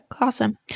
Awesome